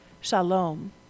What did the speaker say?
Shalom